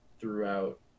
throughout